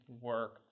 work